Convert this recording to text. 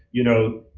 you know,